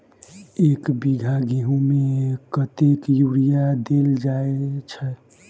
एक बीघा गेंहूँ मे कतेक यूरिया देल जाय छै?